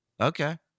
okay